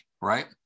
right